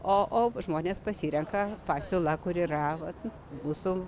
o žmonės pasirenka pasiūlą kur yra vat mūsų